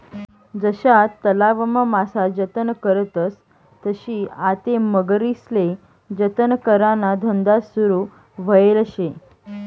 जशा तलावमा मासा जतन करतस तशी आते मगरीस्ले जतन कराना धंदा सुरू व्हयेल शे